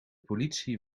politie